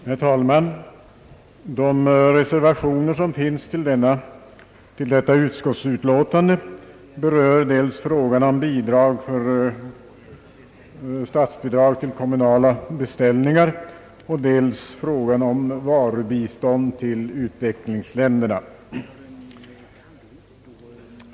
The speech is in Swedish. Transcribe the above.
Herr talman! De reservationer som är fogade till detta utlåtande berör dels frågan om statsbidrag för kommunala beställningar av förnödenheter och dels frågan om varubistånd till u-länderna.